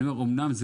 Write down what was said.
אומנם,